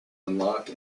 unlock